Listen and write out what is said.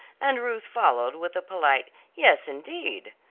and ruth followed with a polite, yes, indeed.